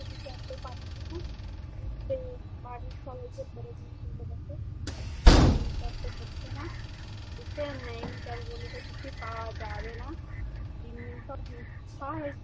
সুবিচার তো পাচ্ছে না উলটে বাড়ির সবাইকে ধরে নিয়ে চলে গেছে ন্যায় বিচার তো হচ্ছে না দেশেও ন্যায় বিচার বলে তো কিছুই পাওয়া যায় ও না দিন দিন সব মিথ্যা হয়েছে